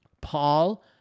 Paul